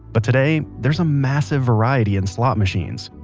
but today, there's a massive variety in slot machines.